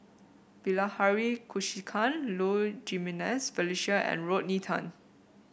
Bilahari Kausikan Low Jimenez Felicia and Rodney Tan